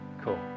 cool